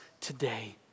today